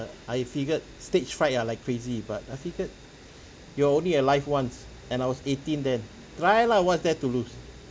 I figured stage fright ah like crazy but I figured you're only alive once and I was eighteen then try lah what's there to lose